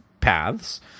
paths